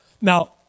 Now